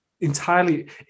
entirely